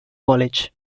college